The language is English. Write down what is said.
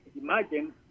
imagine